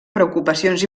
preocupacions